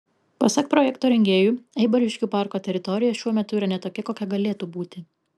pasak projekto rengėjų eibariškių parko teritorija šiuo metu yra ne tokia kokia galėtų būti